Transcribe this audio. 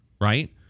Right